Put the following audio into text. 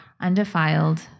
undefiled